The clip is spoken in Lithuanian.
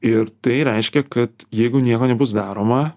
ir tai reiškia kad jeigu nieko nebus daroma